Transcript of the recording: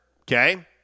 okay